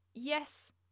yes